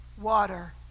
water